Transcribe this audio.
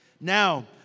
Now